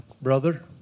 brother